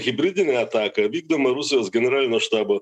hibridinė ataka vykdoma rusijos generalinio štabo